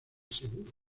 seguro